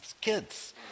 Kids